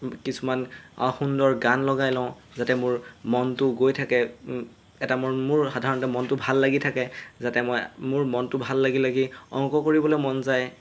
কিছুমান সুন্দৰ গান লগাই লওঁ যাতে মোৰ মনটো গৈ থাকে এটা মোৰ মোৰ সাধাৰণতে মনটো ভাল লাগি থাকে যাতে মই মোৰ মনটো ভাল লাগি লাগি অংক কৰিবলৈ মন যায়